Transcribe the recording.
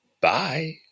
Bye